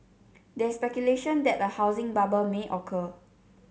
there is speculation that a housing bubble may occur